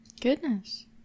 Goodness